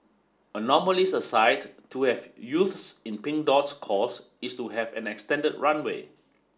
anomalies aside to have youths in Pink Dot's cause is to have an extended runway